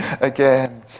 again